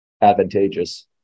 advantageous